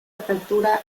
apertura